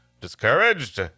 Discouraged